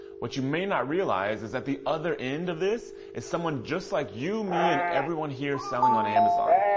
what you may not realize is at the other end of this is someone just like you, me, and everyone here selling on amazon.